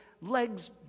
legs